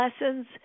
lessons